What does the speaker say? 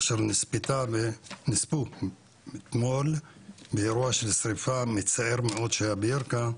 אשר נספו אתמול מאירוע של שריפה מצער מאוד שהיה בירכא,